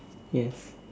yes